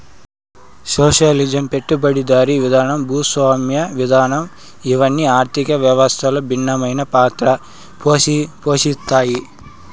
socialism పెట్టుబడిదారీ విధానం భూస్వామ్య విధానం ఇవన్ని ఆర్థిక వ్యవస్థలో భిన్నమైన పాత్ర పోషిత్తాయి